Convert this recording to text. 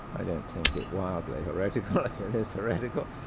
i don't think it wildly heretical, if it is heretical.